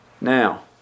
Now